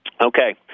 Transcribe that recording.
Okay